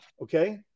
okay